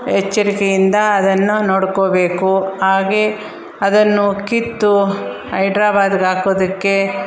ಎಚ್ಚರಿಕೆಯಿಂದ ಅದನ್ನು ನೋಡ್ಕೋಬೇಕು ಹಾಗೆ ಅದನ್ನು ಕಿತ್ತು ಹೈದ್ರಾಬಾದ್ಗೆ ಹಾಕೋದಕ್ಕೆ